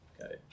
Okay